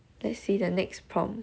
let's see the next prompt